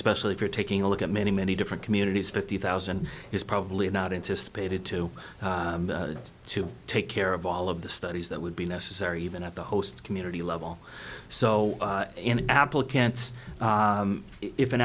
especially if you're taking a look at many many different communities fifty thousand is probably not anticipated to us to take care of all of the studies that would be necessary even at the host community level so in applicants if an